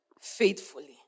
faithfully